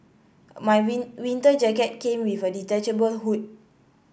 my win winter jacket came with a detachable hood